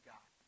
God